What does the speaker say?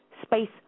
Space